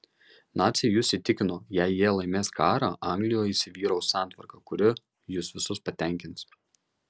naciai jus įtikino jei jie laimės karą anglijoje įsivyraus santvarka kuri jus visus patenkins